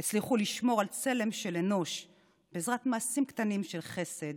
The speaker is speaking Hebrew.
הם הצליחו לשמור על צלם אנוש בעזרת מעשים קטנים של חסד